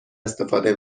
استفاده